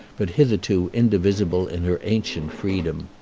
but hitherto indivisible in her ancient freedom.